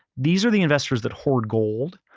these are the investors that hoard gold,